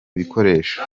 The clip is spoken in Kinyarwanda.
bikoresho